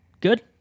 Good